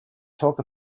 talk